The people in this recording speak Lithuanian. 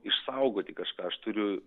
išsaugoti kažką aš turiu